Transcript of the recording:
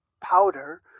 Powder